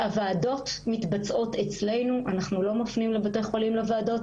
הוועדות מתבצעות אצלנו - אנחנו לא מפנים לבתי חולים לוועדות.